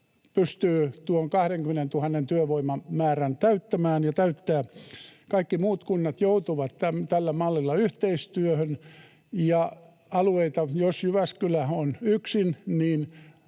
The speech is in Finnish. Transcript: pystyy tuon 20 000 työvoimamäärän täyttämään ja täyttää. Kaikki muut kunnat joutuvat tällä mallilla yhteistyöhön, ja jos Jyväskylä on yksin,